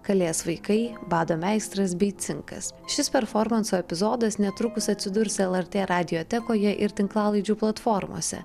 kalės vaikai bado meistras bei cinkas šis performanso epizodas netrukus atsidurs lrt radiotekoje ir tinklalaidžių platformose